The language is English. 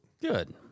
Good